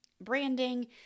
branding